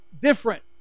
different